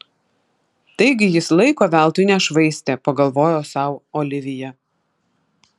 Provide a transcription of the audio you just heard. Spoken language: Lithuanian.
taigi jis laiko veltui nešvaistė pagalvojo sau olivija